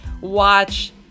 watch